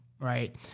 right